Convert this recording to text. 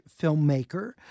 filmmaker